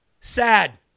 Sad